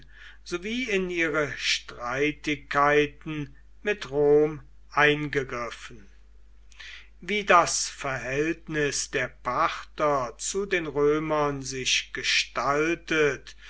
in ihre streitigkeiten mit rom eingegriffen wie das verhältnis der parther zu den römern sich gestaltet